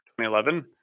2011